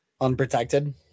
Unprotected